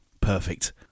Perfect